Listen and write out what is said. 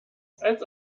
als